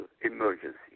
emergency